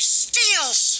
steals